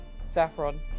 Saffron